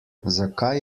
zakaj